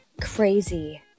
Crazy